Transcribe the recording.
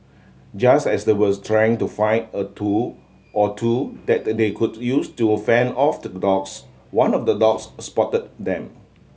just as the was trying to find a tool or two that they could use to fend off the dogs one of the dogs spotted them